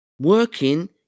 working